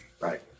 right